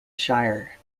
shire